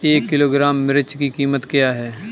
एक किलोग्राम मिर्च की कीमत क्या है?